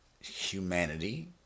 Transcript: Humanity